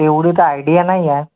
तेवढी तर आयडिया नाही आहे